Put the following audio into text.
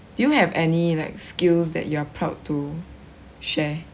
do you have any like skills that you are proud to share